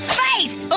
face